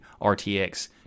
rtx